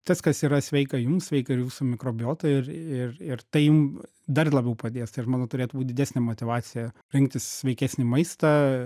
tas kas yra sveika jums sveika ir jūsų mikrobiotai ir ir ir tai m dar labiau padės tai aš manau turėtų būt didesnė motyvacija rinktis sveikesnį maistą